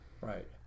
Right